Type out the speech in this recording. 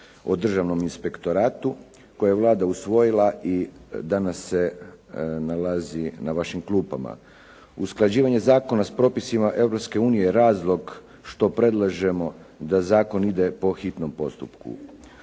o Državnom inspektoratu koji je Vlada usvojila i danas se nalazi na vašim klupama. Usklađivanje zakona s propisima Europske unije razlog što predlažemo da zakon ide po hitnom postupku.